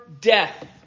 death